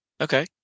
Okay